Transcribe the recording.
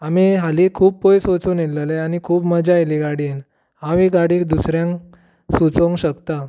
आमी हाली खूब पयस वचून येयलेले आनी खूब मजा येयली गाडयेन हांव ही गाडी दुसऱ्यांक सुचोवंक शकतां